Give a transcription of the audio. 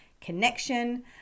connection